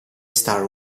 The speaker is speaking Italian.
star